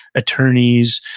attorneys,